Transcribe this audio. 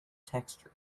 texture